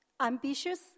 ambitious